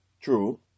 True